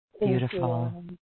Beautiful